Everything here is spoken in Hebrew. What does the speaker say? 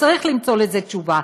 וצריך למצוא לזה תשובה.